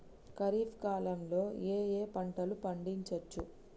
ఖరీఫ్ కాలంలో ఏ ఏ పంటలు పండించచ్చు?